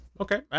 Okay